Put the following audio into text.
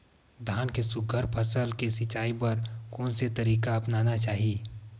धान के सुघ्घर फसल के सिचाई बर कोन से तरीका अपनाना चाहि?